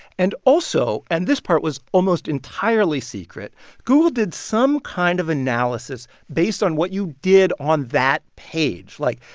and also and this part was almost entirely secret google did some kind of analysis based on what you did on that page. like,